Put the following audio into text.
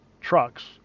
trucks